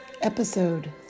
episode